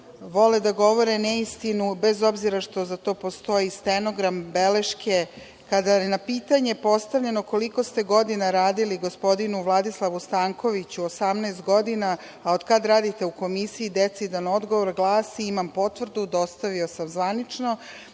vole da govore neistinu, bez obzira što za to postoji stenogram i beleške. Kada je na pitanje postavljeno: „koliko ste godina radili?“ gospodinu Vladislavu Stankoviću odgovorio - 18 godina, a „od kada radite u Komisiji?“, decidan odgovor glasi: „imam potvrdu, dostavio sam zvanično